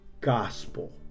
gospel